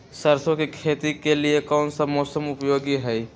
सरसो की खेती के लिए कौन सा मौसम उपयोगी है?